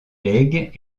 legs